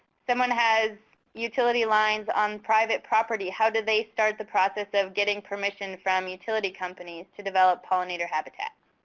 someone has utility lines on private property. how do they start the process of getting permission from utility companies to develop pollinator habitat?